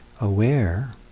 aware